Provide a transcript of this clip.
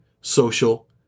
social